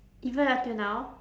even up till now